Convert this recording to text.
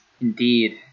Indeed